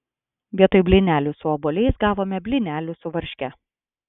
vietoj blynelių su obuoliais gavome blynelių su varške